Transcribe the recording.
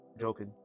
joking